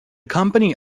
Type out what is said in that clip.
company